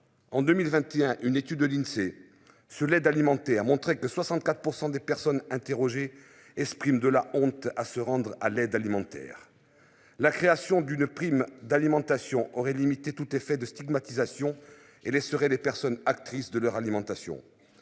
En 2021, une étude de l'Insee ce aide alimenter a montré que 64% des personnes interrogées expriment de la honte à se rendre à l'aide alimentaire. La création d'une prime d'alimentation aurait limiter tout effet de stigmatisation et laisserait les personnes actrice de leur alimentation.